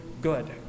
good